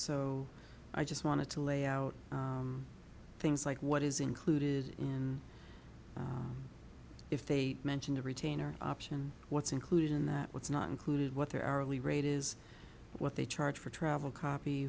so i just wanted to lay out things like what is included in if they mention a retainer option what's included in that what's not included what their hourly rate is what they charge for travel copy